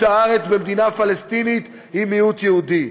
הארץ במדינה פלסטינית עם מיעוט יהודי.